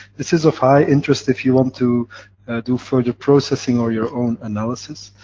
this is of high interest if you want to do further processing or your own analysis,